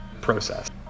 process